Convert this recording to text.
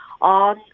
on